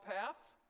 path